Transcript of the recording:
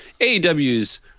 AEW's